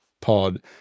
pod